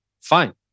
Fine